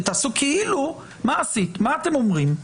מה אתם אומרים?